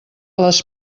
les